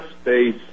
space